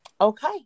Okay